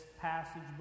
passage